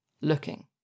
looking